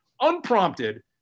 unprompted